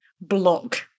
Block